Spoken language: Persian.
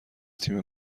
تیم